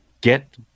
Get